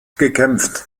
gekämpft